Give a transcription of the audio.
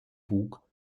bug